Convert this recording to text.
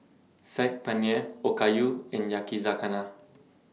Saag Paneer Okayu and Yakizakana